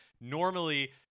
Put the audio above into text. normally